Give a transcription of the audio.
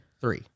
Three